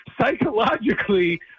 psychologically